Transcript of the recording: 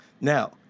Now